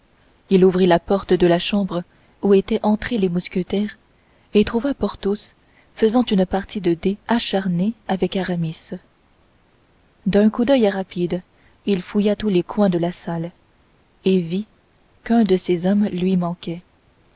il ouvrit la porte de la chambre où étaient entrés les mousquetaires et trouva porthos faisant une partie de dés acharnée avec aramis d'un coup d'oeil rapide il fouilla tous les coins de la salle et vit qu'un de ses hommes lui manquait